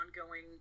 ongoing